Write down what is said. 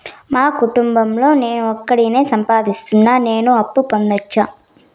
మా కుటుంబం లో నేను ఒకడినే సంపాదిస్తున్నా నేను అప్పు పొందొచ్చా